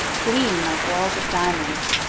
gleam like walls of diamonds.